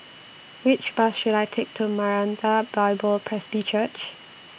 Which Bus should I Take to Maranatha Bible Presby Church